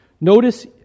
Notice